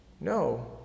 No